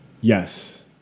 Yes